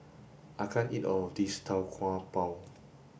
I can't eat all of this Tau Kwa Pau